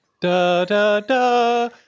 Da-da-da